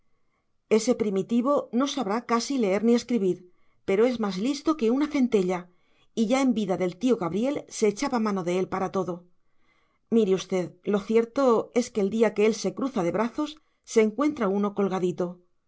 ese primitivo no sabrá casi leer ni escribir pero es más listo que una centella y ya en vida del tío gabriel se echaba mano de él para todo mire usted lo cierto es que el día que él se cruza de brazos se encuentra uno colgadito